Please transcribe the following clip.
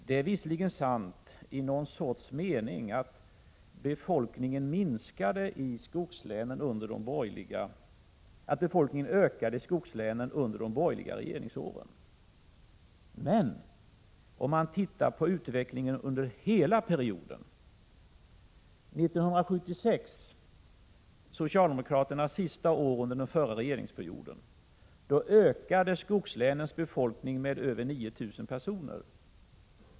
Det är visserligen i någon mening sant att befolkningen i skogslänen ökade under de borgerliga regeringsåren, men om man tittar på utvecklingen under hela perioden finner man följande. År 1976, socialdemokraternas sista år under den förra regeringsperioden, ökade skogslänens befolkning med över 9 000 personer.